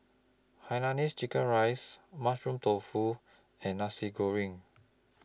Hainanese Chicken Rice Mushroom Tofu and Nasi Goreng